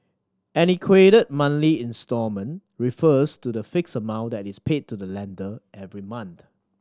an equated monthly instalment refers to the fixed amount that is paid to the lender every month